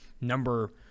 number –